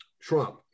Trump